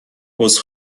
عذر